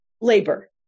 labor